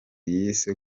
yise